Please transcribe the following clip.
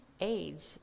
age